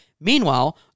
Meanwhile